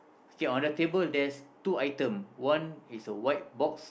okay on the table there's two item one is white box